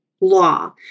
law